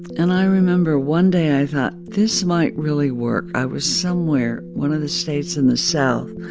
and i remember one day i thought, this might really work. i was somewhere one of the states in the south.